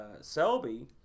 Selby